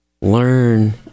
Learn